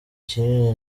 kinini